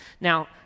now